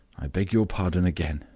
i beg your pardon again,